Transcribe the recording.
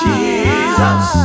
Jesus